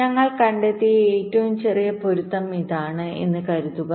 ഞങ്ങൾ കണ്ടെത്തിയ ഏറ്റവും ചെറിയ പൊരുത്തം ഇതാണ് എന്ന് കരുതുക